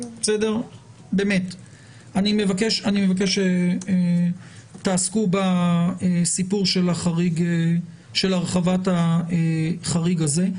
אני מבקש שתעסקו בסיפור של הרחבת החריג הזה.